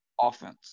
Offense